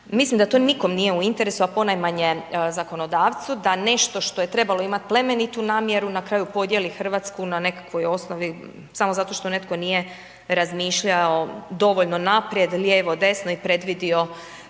mislim da to nikom nije u interesu a ponajmanje zakonodavcu da nešto što je trebalo imati plemenitu namjeru na kraju podijeli Hrvatsku na nekakvoj osnovi samo zato što netko nije razmišljao dovoljno naprijed, lijevo, desno i predvidio